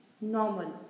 normal